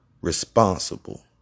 responsible